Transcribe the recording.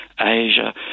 Asia